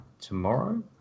tomorrow